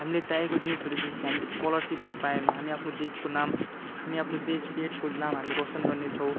हामीले चाहेको जिनिसहरू जस्तो कि हामीले स्कलरसिपहरू पायो भने हामी आफ्नो देशको नाम हामी आफ्नो देश स्टेटको नाम हामी रोसन गर्ने छौँ